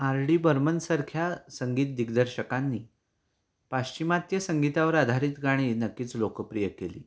R D बर्मनसारख्या संगीत दिग्दर्शकांनी पाश्चिमात्य संगीतावर आधारित गाणी नक्कीच लोकप्रिय केली